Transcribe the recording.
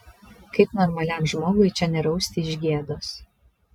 kaip normaliam žmogui čia nerausti iš gėdos